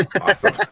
awesome